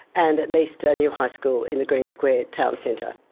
and at least a new high school in the green square town centre.